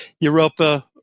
Europa